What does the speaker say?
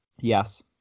Yes